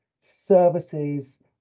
services